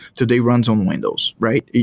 today runs on windows, right?